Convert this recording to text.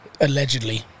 allegedly